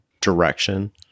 direction